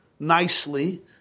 Nicely